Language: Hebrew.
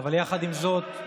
אבל יחד עם זאת,